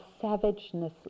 savageness